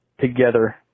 together